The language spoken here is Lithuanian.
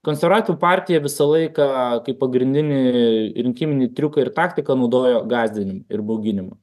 konservatorių partija visą laiką kaip pagrindinį rinkiminį triuką ir taktiką naudojo gąsdinimą ir bauginimą